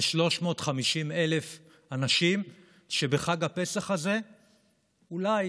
זה 350,000 אנשים שבחג הפסח הזה אולי,